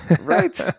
right